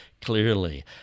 clearly